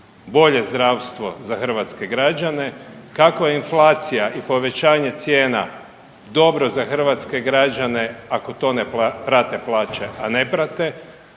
bolje zdravstvo za hrvatske građane, kako inflacija i povećanje cijena dobro za hrvatske građane ako to ne prate plaće a ne prate?